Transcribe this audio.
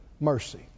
mercy